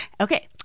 Okay